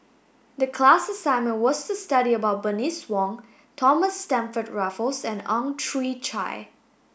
the class assignment was to study about Bernice Wong Thomas Stamford Raffles and Ang Chwee Chai